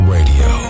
Radio